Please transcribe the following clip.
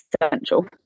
essential